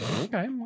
Okay